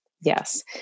Yes